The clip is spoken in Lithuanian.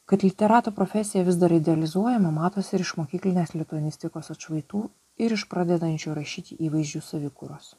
kad literato profesija vis dar idealizuojama matosi ir iš mokyklinės lituanistikos atšvaitų ir iš pradedančio rašyti įvaizdžių savikūros